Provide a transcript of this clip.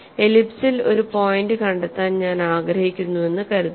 എലിപ്സിൽ ഒരു പോയിന്റ് കണ്ടെത്താൻ ഞാൻ ആഗ്രഹിക്കുന്നുവെന്ന് കരുതുക